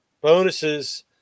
bonuses